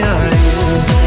eyes